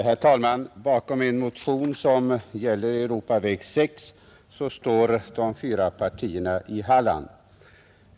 Herr talman! Bakom min motion, som gäller Europaväg 6, står de fyra partierna i Halland.